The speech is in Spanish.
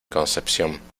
concepción